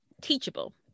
teachable